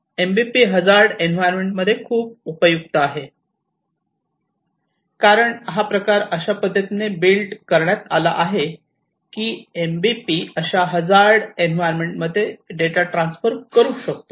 MBP hazard environment मध्ये खूप उपयुक्त आहे कारण हा प्रकार अशा पद्धतीने बिल्ट करण्यात आला आहे की MBP अशा हझार्ड एन्व्हायरमेंट मध्ये डेटा ट्रान्सफर करू शकतो